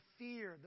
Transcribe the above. fear